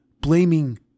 blaming